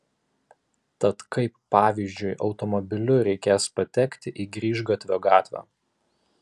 tad kaip pavyzdžiui automobiliu reikės patekti į grįžgatvio gatvę